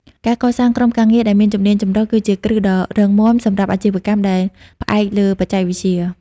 ការកសាងក្រុមការងារដែលមានជំនាញចម្រុះគឺជាគ្រឹះដ៏រឹងមាំសម្រាប់អាជីវកម្មដែលផ្អែកលើបច្ចេកវិទ្យា។